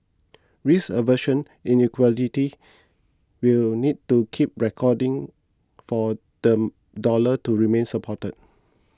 risk aversion in equities will need to keep receding for the dollar to remain supported